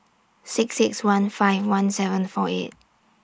six six one five one seven four eight